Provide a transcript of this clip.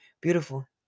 Beautiful